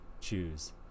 choose